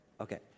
okay